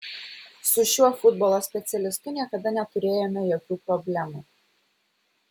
su šiuo futbolo specialistu niekada neturėjome jokių problemų